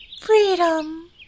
freedom